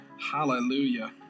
Hallelujah